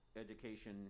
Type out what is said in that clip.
education